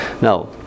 Now